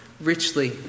richly